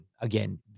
again